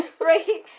right